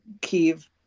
Kiev